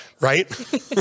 right